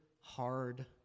hard